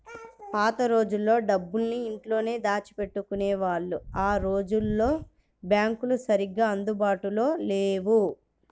పాత రోజుల్లో డబ్బులన్నీ ఇంట్లోనే దాచిపెట్టుకునేవాళ్ళు ఆ రోజుల్లో బ్యాంకులు సరిగ్గా అందుబాటులో లేవు